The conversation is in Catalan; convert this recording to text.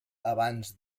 abans